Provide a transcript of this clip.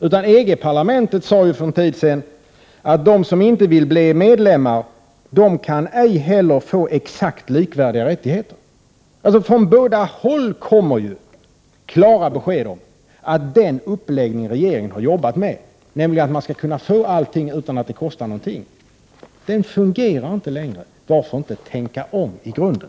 EG-parlamentet sade för en tid sedan att de länder som inte vill bli medlemmar ej heller kan få exakt likvärdiga rättigheter. Från båda dessa håll kommer klara besked om att den uppläggningen regeringen arbetat med, nämligen att man skall kunna få allting utan att det kostar någonting, inte längre fungerar. Varför inte tänka om i grunden?